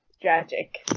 Tragic